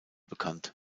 bekannt